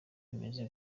bimeze